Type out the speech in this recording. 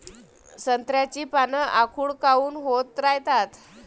संत्र्याची पान आखूड काऊन होत रायतात?